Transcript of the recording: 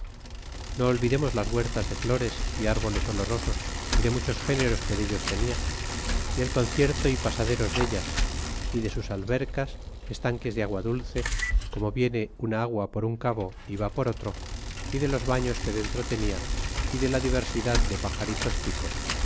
no olvidemos las huertas de flores y arboles olorosos y de muchos géneros que dellos tenia y el concierto y pasaderos dellas y de sus albercas estanques de agua dulce como viene una agua por un cabo y va por otro de los baños que dentro tenia y de la diversidad de paxaritos chicos